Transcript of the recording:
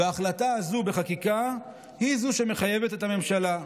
וההחלטה הזו בחקיקה היא שמחייבת את הממשלה.